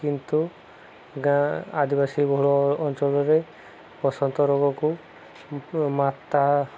କିନ୍ତୁ ଗାଁ ଆଦିବାସୀ ବଡ଼ ବଡ଼ ଅଞ୍ଚଳରେ ବସନ୍ତ ରୋଗକୁ ମାତା